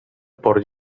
por